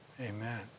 Amen